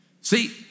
See